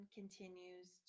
continues